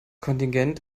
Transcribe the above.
kontingent